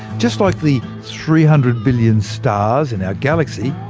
just like the three hundred billion stars in our galaxy,